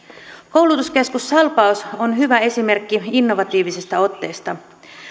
koulutuskeskus salpaus on hyvä esimerkki innovatiivisesta otteesta